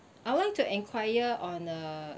I would like to enquire on uh